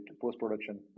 post-production